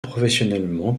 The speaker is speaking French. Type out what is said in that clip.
professionnellement